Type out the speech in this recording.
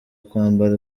kwambara